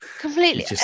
Completely